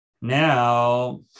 Now